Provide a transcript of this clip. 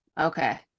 okay